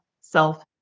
self